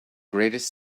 greatest